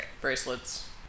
Bracelets